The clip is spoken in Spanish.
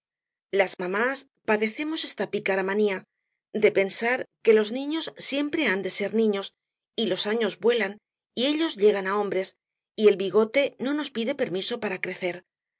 las mamás padecemos esta pícara manía de pensar que los niños siempre han de ser niños y los años vuelan y ellos llegan á hombres y el bigote no nos pide permiso para crecer